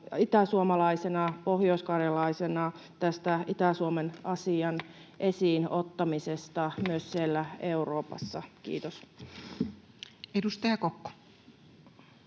itäsuomalaisena, pohjoiskarjalaisena tästä Itä-Suomen asian esiin ottamisesta myös siellä Euroopassa. — Kiitos. Edustaja Kokko.